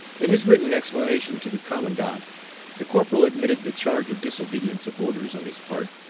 in his written explanation to the commandant the corporal admitted the charge of disobedience of orders on his part,